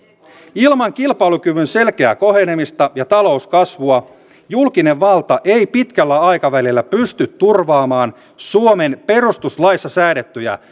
ilman kilpailukyvyn selkeää kohenemista ja talouskasvua julkinen valta ei pitkällä aikavälillä pysty turvaamaan suomen perustuslaissa säädettyjä